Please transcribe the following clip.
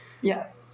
Yes